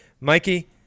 Mikey